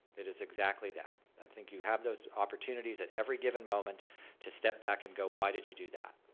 it is exactly that. i think you have those opportunities at every given moment to step back and go, why did you do that.